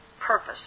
purpose